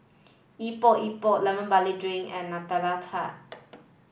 Epok Epok lemon barley drink and Nutella Tart